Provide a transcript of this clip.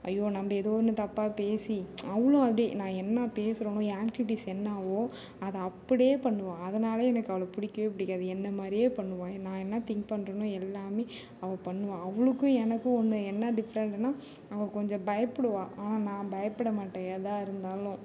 ஐயோ நம்ம ஏதோ ஒன்று தப்பாக பேசி அவளும் அதே நான் என்ன பேசுகிறனோ என் ஆக்டிவிட்டீஸ் என்னவோ அதை அப்படியே பண்ணுவாள் அதனாலே எனக்கு அவளை பிடிக்கவே பிடிக்காது என்னை மாதிரியே பண்ணுவாள் நான் என்ன திங்க் பண்ணுறேன்னோ எல்லாமே அவள் பண்ணுவாள் அவளுக்கும் எனக்கு ஒன்று என்ன டிஃப்ரெண்ட்டுனால் அவள் கொஞ்சம் பயப்படுவா ஆனால் நான் பயப்பட மாட்டேன் எதாக இருந்தாலும்